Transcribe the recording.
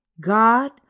God